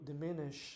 diminish